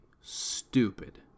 stupid